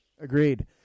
Agreed